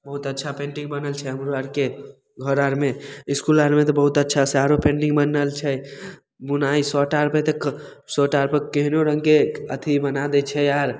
बहुत अच्छा पेन्टिंग बनल छै हमरो आरके घर आरमे आरमे तऽ बहुत अच्छासँ आरो पेन्टिंग बनल छै बुनाइ शर्ट आरपर तऽ शर्ट आरपर केहनो रङ्गके अथी बना दै छै आर